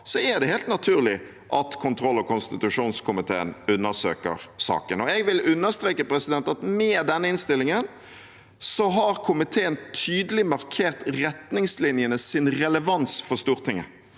av, er det helt naturlig at kontroll- og konstitusjonskomiteen undersøker saken. Jeg vil understreke at med denne innstillingen har komiteen tydelig markert retningslinjenes relevans for Stortinget